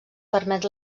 permet